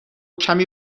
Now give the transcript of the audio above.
کمی